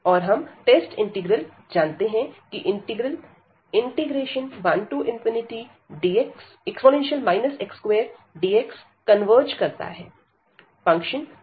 और हम test integral जानते हैं की इंटीग्रल 1 e x2dx कन्वर्ज करता है